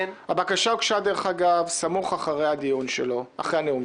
הבקשה הוגשה דרך אגב סמוך אחרי הנאום שלו